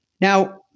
Now